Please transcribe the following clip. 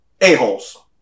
A-holes